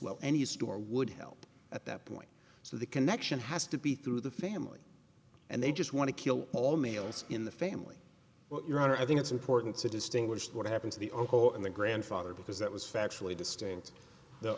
well any store would help at that point so the connection has to be through the family and they just want to kill all males in the family well your honor i think it's important to distinguish what happened to the oco and the grandfather because that was factually distinct the